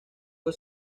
que